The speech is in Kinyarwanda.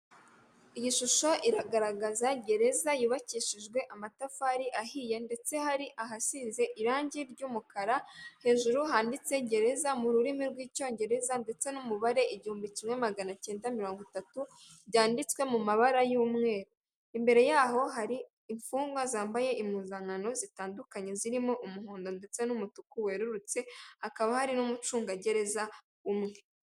Iyi shusho iragaragaza gereza yubakishijwe amatafari ahiye ndetse hari ahasize irangi ry'umukara hejuru handitse gereza mu rurimi rw'icyongereza ndetse n'umubare igihumbi kimwe maganacyenda mirongo itatu byanditswe mu mabara y'umweru, imbere yaho hari imfungwa zambaye impuzankano zitandukanye zirimo; umuhondo ndetse n'umutuku werurutse akaba hari n'umucungagereza umwe.